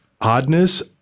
oddness